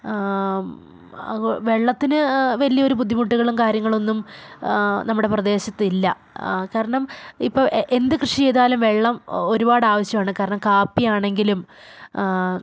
വെള്ളത്തിന് വലിയ ഒരു ബുദ്ധിമുട്ടുകളും കാര്യങ്ങളൊന്നും നമ്മുടെ പ്രദേശത്ത് ഇല്ല കാരണം ഇപ്പം എന്ത് കൃഷി ചെയ്താലും വെള്ളം ഒരുപാട് ആവശ്യമാണ് കാരണം കാപ്പിയാണെങ്കിലും